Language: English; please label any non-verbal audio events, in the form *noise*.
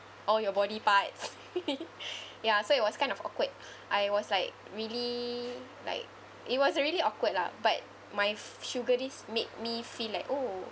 oh your body parts *laughs* ya so it was kind of awkward I was like really like it was really awkward lah but my sugarist made me feel like oh